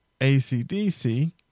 ACDC